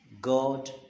God